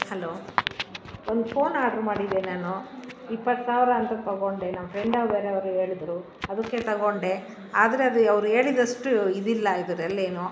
hello ಒಂದು phone order ಮಾಡಿದೆ ನಾನು ಇಪ್ಪತ್ತು ಸಾವಿರ ಅಂತ ತೊಗೊಂಡೆ ನನ್ನ ಫ್ರೆಂಡ್ ಹೇಳಿದ್ರು ಅದಕ್ಕೆ ತೊಗೊಂಡೆ ಆದರೆ ಅದು ಅವ್ರು ಹೇಳಿದಷ್ಟು ಇದಿಲ್ಲ ಇದರಲ್ಲೆನೋ